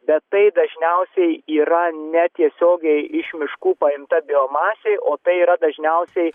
bet tai dažniausiai yra netiesiogiai iš miškų paimta biomasė o tai yra dažniausiai